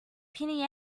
piny